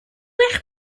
eich